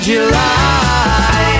July